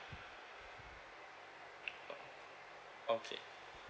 uh okay